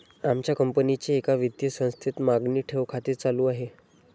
आमच्या कंपनीचे एका वित्तीय संस्थेत मागणी ठेव खाते चालू आहे